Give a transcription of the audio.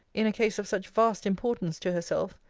in a case of such vast importance to herself,